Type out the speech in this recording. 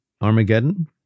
Armageddon